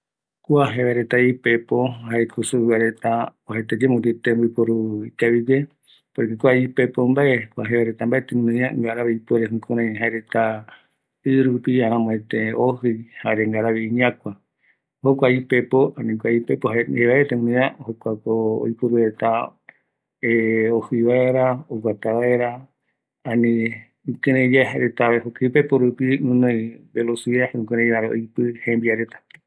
Kua jevae reta oime ipepo, jaeko tembiporu ikavigue supereta, jukuraï jaereta oguata vaera ɨ rupi, jokua mbae ngara oguata reta ɨ rupi, jokua ömoakuaä reta ɨ rupi